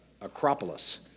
Acropolis